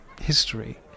history